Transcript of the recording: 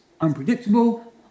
unpredictable